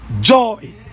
Joy